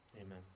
Amen